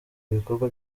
ibikorwa